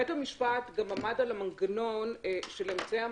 בית המשפט גם עמד על המנגנון של אמצעי